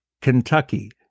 Kentucky